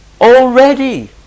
already